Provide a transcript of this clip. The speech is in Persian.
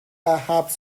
حبس